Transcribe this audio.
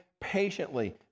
patiently